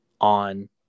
on